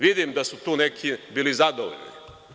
Vidim da su tu neki bili zadovoljni.